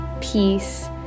peace